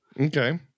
Okay